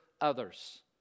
others